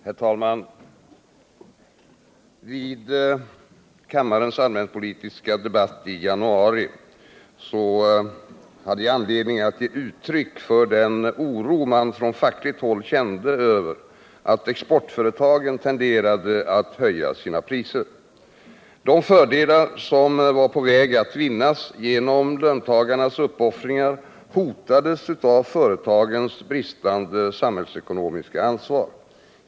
Herr talman! Vid kammarens allmänpolitiska debatt i januari hade jag anledning att ge uttryck för den oro man från fackligt håll kände över att exportföretagen tenderade att höja sina priser. De fördelar som var på väg att vinnas genom löntagarnas uppoffringar hotades av företagens bristande samhällsekonomiska ansvar.